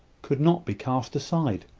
could not be cast aside.